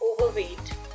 Overweight